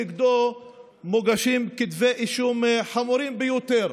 מוגשים כנגדו כתבי אישום חמורים ביותר